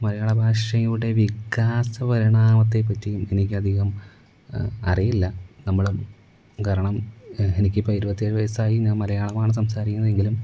മലയാള ഭാഷയുടെ വികാസപരിണാമത്തെപ്പറ്റി എനിക്കധികം അറിയില്ല നമ്മള് കാരണം എനിക്കിപ്പോള് ഇരുപത്തിയേഴ് വയസ്സായി ഞാന് മലയാളമാണു സംസാരിക്കുന്നതെങ്കിലും